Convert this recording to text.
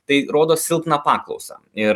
tai rodo silpną paklausą ir